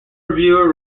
reviewer